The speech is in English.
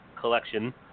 collection